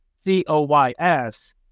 C-O-Y-S